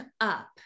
up